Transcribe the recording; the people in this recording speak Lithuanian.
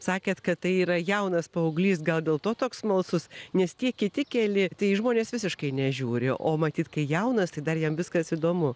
sakėt kad tai yra jaunas paauglys gal dėl to toks smalsus nes tie kiti keli tai į žmonės visiškai nežiūri o matyt kai jaunas tai dar jam viskas įdomu